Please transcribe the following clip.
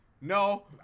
No